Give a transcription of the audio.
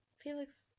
felix